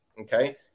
okay